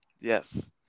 Yes